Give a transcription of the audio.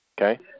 Okay